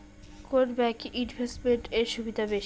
কোন ব্যাংক এ ইনভেস্টমেন্ট এর সুবিধা বেশি?